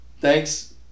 thanks